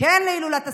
כן להילולת הסילבסטר,